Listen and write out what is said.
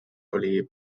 oli